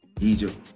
Egypt